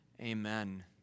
Amen